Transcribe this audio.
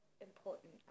important